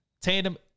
tandem –